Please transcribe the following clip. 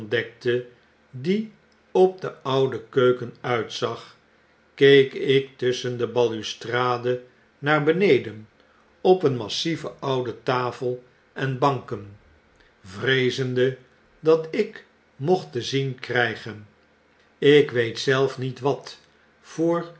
die op de oude keuken uitzag keek ik tusschen de balustrade naar beneden op een massieve oude tafel en banken vreezende dat ik mocht te zien krygen ik weet zelf niet wat voor